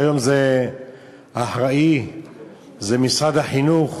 שהיום האחראי הוא משרד החינוך.